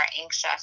anxious